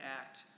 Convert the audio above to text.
act